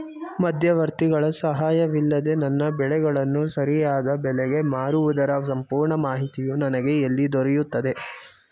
ಮಧ್ಯವರ್ತಿಗಳ ಸಹಾಯವಿಲ್ಲದೆ ನನ್ನ ಬೆಳೆಗಳನ್ನು ಸರಿಯಾದ ಬೆಲೆಗೆ ಮಾರುವುದರ ಸಂಪೂರ್ಣ ಮಾಹಿತಿಯು ನನಗೆ ಎಲ್ಲಿ ದೊರೆಯುತ್ತದೆ?